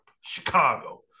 Chicago